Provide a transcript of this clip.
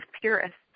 purists